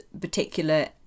particular